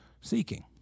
seeking